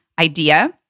idea